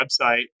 website